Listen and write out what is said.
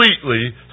completely